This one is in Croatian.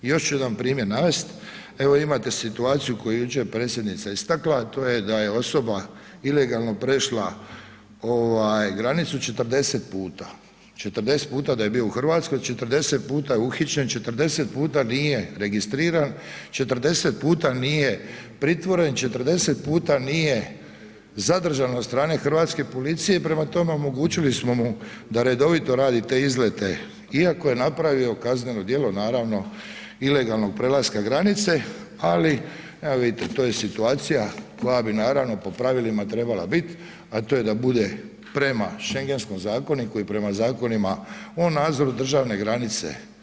I još ću jedan primjer navesti, evo imate situaciju koju je jučer predsjednica istakla a to je da je osoba ilegalno prešla granicu 40 puta, 40 puta da je bio u Hrvatskoj, 40 puta je uhićen, 40 puta nije registriran, 40 puta nije pritvoren, 40 puta nije zadržan od strane Hrvatske policije, prema tome omogućili smo mu da redovito radi te izlete iako je napravio kazneno djelo naravno ilegalnog prelaska granice, ali evo vidite to je situacija koja bi naravno po pravilima trebala biti a to je da bude prema šengenskom zakoniku i prema zakonima o nadzoru državne granice.